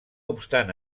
obstant